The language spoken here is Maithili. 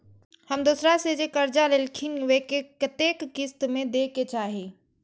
हम दोसरा से जे कर्जा लेलखिन वे के कतेक किस्त में दे के चाही?